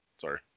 Sorry